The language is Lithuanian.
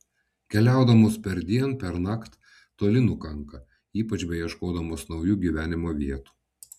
keliaudamos perdien pernakt toli nukanka ypač beieškodamos naujų gyvenimo vietų